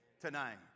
tonight